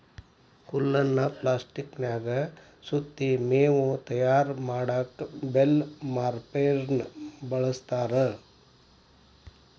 ಹುಲ್ಲನ್ನ ಪ್ಲಾಸ್ಟಿಕನ್ಯಾಗ ಸುತ್ತಿ ಮೇವು ತಯಾರ್ ಮಾಡಕ್ ಬೇಲ್ ವಾರ್ಪೆರ್ನ ಬಳಸ್ತಾರ